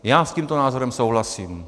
Já s tímto názorem souhlasím.